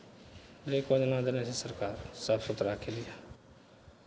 अनेक योजना देने छै सरकार साफ सुथराके लिए